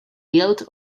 built